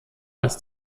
als